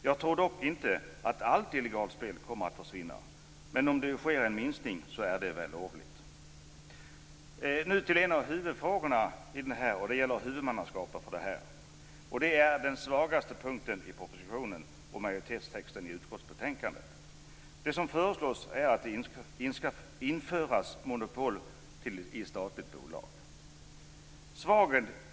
Jag tror dock inte att allt illegalt spel kommer att försvinna, men om det sker en minskning är det vällovligt. Frågan om huvudmannaskapet är den svagaste punkten i propositionen och i majoritetstexten i utskottsbetänkandet. Det som föreslås är att det skall införas monopol för statliga bolag.